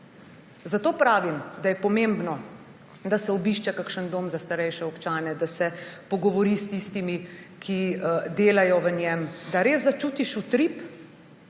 Zato pravim, da je pomembno, da se obišče kakšen dom za starejše občane, da se pogovori s tistimi, ki delajo v njem, da res začutiš utrip